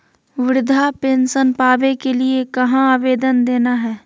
वृद्धा पेंसन पावे के लिए कहा आवेदन देना है?